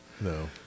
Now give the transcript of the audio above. No